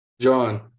John